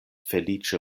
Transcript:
feliĉe